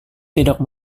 tidak